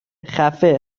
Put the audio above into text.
خفه